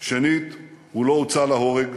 שנית, הוא לא הוצא להורג.